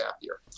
happier